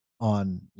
on